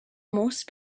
most